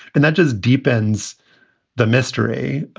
and that just deepens the mystery.